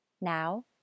Now